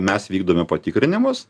mes vykdome patikrinimus